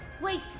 Wait